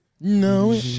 no